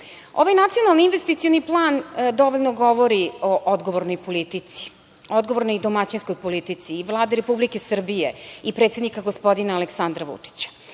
evra. Ovaj nacionalni investicioni plan dovoljno govori o odgovornoj politici, odgovornoj i domaćinskoj politici i Vlade Republike Srbije i predsednika, gospodina Aleksandra Vučića.